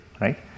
right